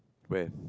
when